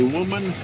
woman